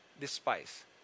despise